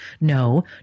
no